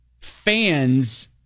fans